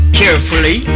carefully